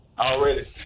Already